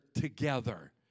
together